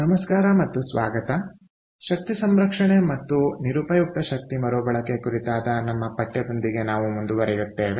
ನಮಸ್ಕಾರ ಮತ್ತು ಸ್ವಾಗತ ಶಕ್ತಿ ಸಂರಕ್ಷಣೆ ಮತ್ತು ನಿರುಪಯುಕ್ತ ಶಕ್ತಿ ಮರುಬಳಕೆ ಕುರಿತಾದ ನಮ್ಮ ಪಠ್ಯದೊಂದಿಗೆ ನಾವು ಮುಂದುವರಿಯುತ್ತೇವೆ